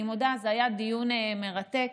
אני מודה, זה היה דיון מרתק,